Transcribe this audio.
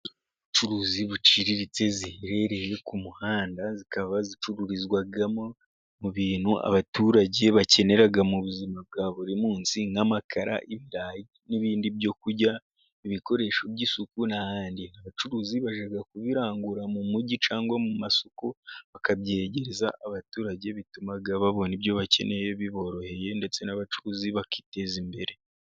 Inzu z'ubucuruzi buciriritse ziherereye ku muhanda, zikaba zicururizwamo ibintu abaturage bakenera mu buzima bwa buri munsi, nk'amakara, ibirayi n'ibindi byo kurya, ibikoresho by'isuku n'ahandi. Abacuruzi bajya kubirangura mu mujyi cyangwa mu masoko bakabyegereza abaturage, bituma babona ibyo bakeneye biboroheye, ndetse n'abacuruzi bakiteza imbere.